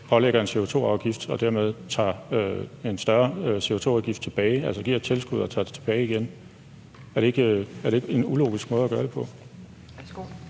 pålægger en CO2-afgift med den anden og dermed tager en større CO2-afgift tilbage? Man giver altså et tilskud og tager det tilbage igen. Er det ikke en ulogisk måde at gøre det på?